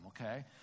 okay